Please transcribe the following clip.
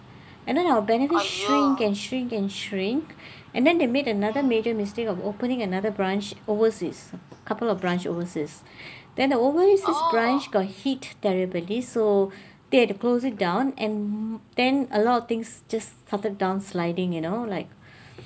and then our benefits shrink and shrink and shrink and then they made another major mistake of opening another branch overseas couple of branch overseas then always this branch got hit terribly so they had to close it down and then a lot of things just started down sliding you know like